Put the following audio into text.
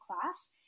class